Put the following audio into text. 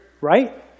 Right